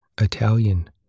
Italian